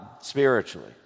spiritually